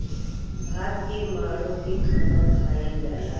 भात के माड़ो के खाना खायल जाला